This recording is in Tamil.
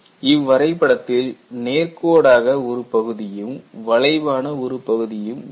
இவ்வரைபடத்தில் நேர்கோடாக ஒரு பகுதியும் வளைவான ஒரு பகுதியும் உள்ளது